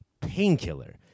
Painkiller